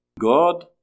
God